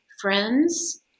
friends